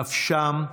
נפשם,